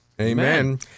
amen